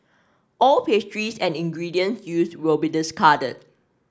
all pastries and ingredients used will be discarded